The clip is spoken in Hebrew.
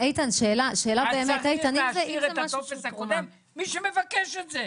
אז צריך להשאיר את הטופס הקודם למי שמבקש את זה.